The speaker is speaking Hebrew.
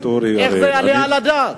איך זה יעלה על הדעת?